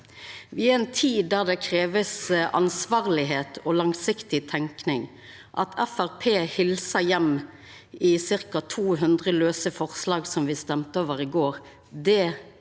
i ei tid der det krevst ansvarlegheit og langsiktig tenking, helsar heim i ca. 200 lause forslag som vi stemde over i går,